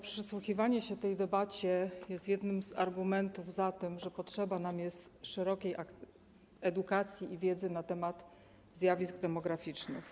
Przysłuchiwanie się tej debacie jest jednym z argumentów za tym, że potrzeba nam szerokiej edukacji i wiedzy na temat zjawisk demograficznych.